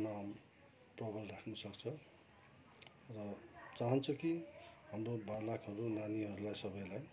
नाम प्रबल राख्नुसक्छ र चाहन्छ कि हाम्रो बालकहरू नानीहरूलाई सबैलाई